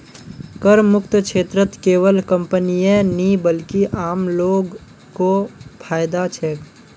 करमुक्त क्षेत्रत केवल कंपनीय नी बल्कि आम लो ग को फायदा छेक